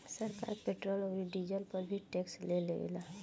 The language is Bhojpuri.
सरकार पेट्रोल औरी डीजल पर भी टैक्स ले लेवेला